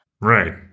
Right